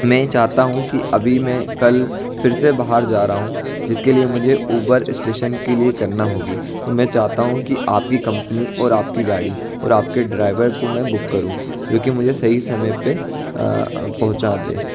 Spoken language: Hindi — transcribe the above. मैं चाहता हूँ कि अभी मैं कल फिर से बाहर जा रहा हूँ जिसके लिए मुझे उबर स्टेशन के लिए करना होगी तो मैं चाहता हूँ कि आपकी कम्पनी और आपकी गाड़ी और आपके ड्राइवर को मैं बुक करूँ जो कि मुझे सही समय पे पहुँचा दे